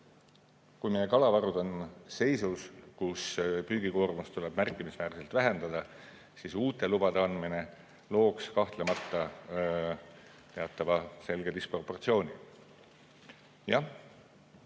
Kui meie kalavarud on seisus, kus püügikoormust tuleb märkimisväärselt vähendada, siis uute lubade andmine looks kahtlemata teatava selge disproportsiooni.